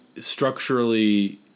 structurally